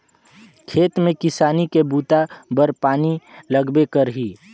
खेत में किसानी के बूता बर पानी लगबे करही